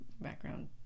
background